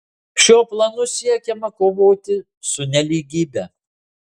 šiuo planu siekiama kovoti su nelygybe